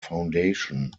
foundation